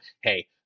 hey